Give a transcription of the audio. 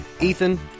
Ethan